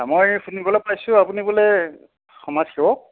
মই শুনিবলৈ পাইছোঁ আপুনি বোলে এই সমাজসেৱক